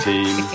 Team